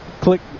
click